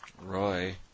Roy